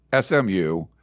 SMU